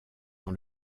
dans